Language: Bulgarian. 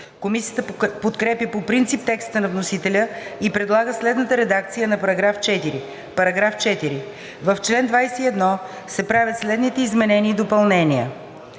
Комисията подкрепя по принцип текста на вносителя и предлага следната редакция на § 4: „§ 4. В чл. 21 се правят следните изменения и допълнения: